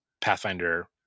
Pathfinder